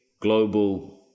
global